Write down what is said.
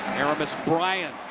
aramis bryant.